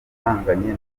ahanganye